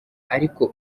ariko